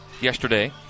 yesterday